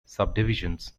subdivisions